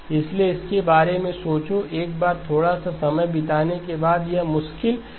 इसलिए इसके बारे में सोचो एक बार थोड़ा सा समय बिताने के बाद यह मुश्किल नहीं है